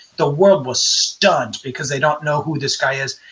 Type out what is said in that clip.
the world was stunned because they don't know who this guy is.